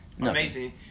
amazing